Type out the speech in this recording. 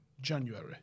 January